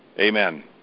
Amen